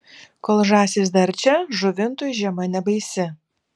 kol žąsys dar čia žuvintui žiema nebaisi